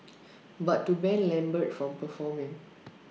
but to ban lambert from performing